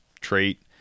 trait